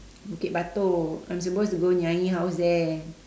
bukit-batok I'm supposed to go to nyai house there